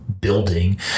building